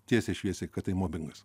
tiesiai šviesiai kad tai mobingas